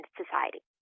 society